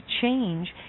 change